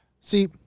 See